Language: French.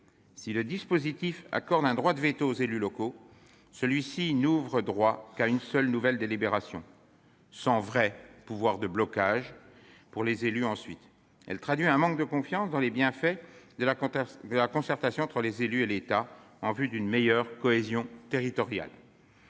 Si le dispositif accorde un droit de veto aux élus locaux, celui-ci n'ouvre droit qu'à une seule nouvelle délibération, sans vrai pouvoir de blocage pour les représentants des élus par la suite. Cela traduit un manque de confiance dans les bienfaits de la concertation entre les élus et l'État en vue d'une meilleure cohésion territoriale.